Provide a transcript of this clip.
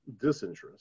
disinterest